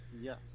Yes